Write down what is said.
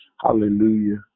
hallelujah